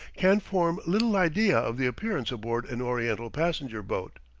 can form little idea of the appearance aboard an oriental passenger boat.